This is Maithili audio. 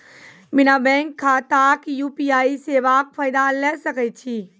बिना बैंक खाताक यु.पी.आई सेवाक फायदा ले सकै छी?